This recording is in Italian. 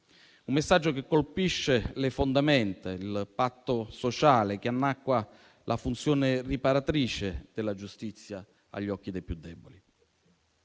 un messaggio che colpisce le fondamenta del patto sociale e annacqua la funzione riparatrice della giustizia agli occhi dei più deboli.